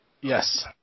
Yes